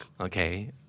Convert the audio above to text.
Okay